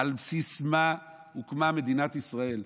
על בסיס מה הוקמה מדינת ישראל,